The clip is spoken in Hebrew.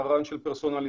הרעיון של פרסונליזציה,